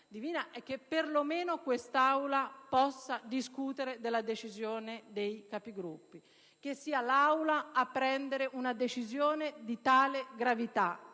per lo meno, l'Aula possa discutere della decisione dei Capigruppo: che sia l'Aula ad assumere una decisione di tale gravità,